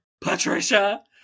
Patricia